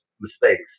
mistakes